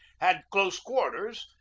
had close quarters,